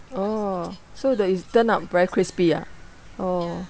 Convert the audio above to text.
oh so the is turned out very crispy ah oh